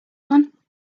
one